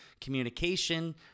communication